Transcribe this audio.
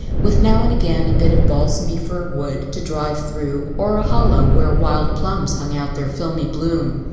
with now and again a bit of balsamy fir wood to drive through or a hollow where wild plums hung out their filmy bloom.